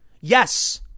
Yes